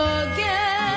again